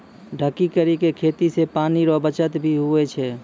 ढकी करी के खेती से पानी रो बचत भी हुवै छै